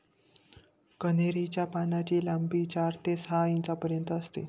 कन्हेरी च्या पानांची लांबी चार ते सहा इंचापर्यंत असते